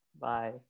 Bye